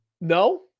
No